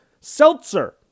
seltzer